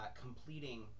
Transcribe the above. completing